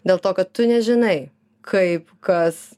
dėl to kad tu nežinai kaip kas